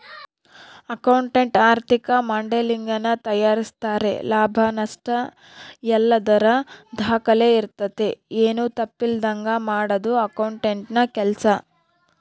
accountant ಆರ್ಥಿಕ ಮಾಡೆಲಿಂಗನ್ನ ತಯಾರಿಸ್ತಾರೆ ಲಾಭ ನಷ್ಟಯಲ್ಲದರ ದಾಖಲೆ ಇರ್ತತೆ, ಏನು ತಪ್ಪಿಲ್ಲದಂಗ ಮಾಡದು ಅಕೌಂಟೆಂಟ್ನ ಕೆಲ್ಸ